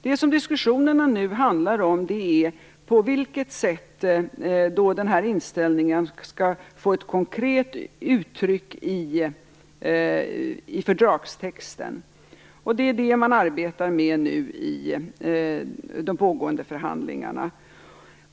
Det som diskussionerna nu handlar om är på vilket sätt den här inställningen skall få ett konkret uttryck i fördragstexten. Det är det man nu arbetar med i de pågående förhandlingarna.